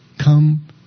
Come